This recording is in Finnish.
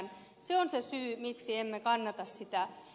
se on se syy miksi emme kannata sitä